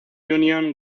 union